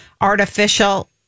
artificial